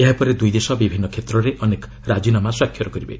ଏହାପରେ ଦୁଇ ଦେଶ ବିଭିନ୍ନ କ୍ଷେତ୍ରରେ ଅନେକ ରାଜିନାମା ସ୍ୱାକ୍ଷର କରିବେ